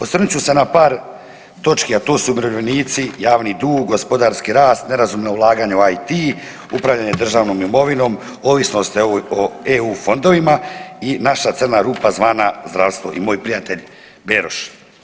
Osvrnut ću se na par točki a to su umirovljenici, javni dug, gospodarski rast, nerazumna ulaganja u IT, upravljanje državnom imovinom, ovisnost o EU fondovima i naša crna rupa zvana zdravstvo i moj prijatelj Beroš.